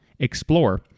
Explore